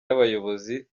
y’abayobozi